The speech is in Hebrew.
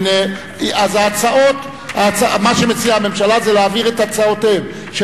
אז מה שמציעה הממשלה הוא להעביר את הצעותיהם של